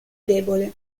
debole